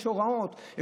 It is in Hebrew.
יש הוראות,